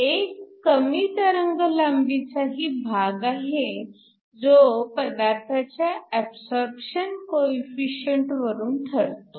एक कमी तरंगलांबीचाही भाग आहे जो पदार्थाच्या ऍबसॉरपशन कोएफिशिअंट वरून ठरतो